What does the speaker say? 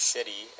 City